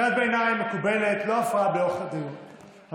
קריאת ביניים מקובלת, לא הפרעה לאורך הדיבור.